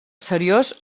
seriós